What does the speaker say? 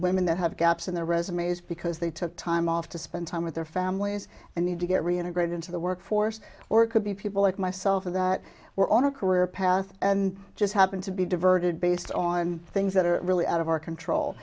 women that have gaps in their resumes because they took time off to spend time with their families and need to get reintegrate into the workforce or it could be people like myself in that we're on a career path and just happen to be diverted based on things that are really out of our control